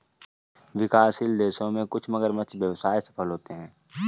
विकासशील देशों में कुछ मगरमच्छ व्यवसाय सफल होते हैं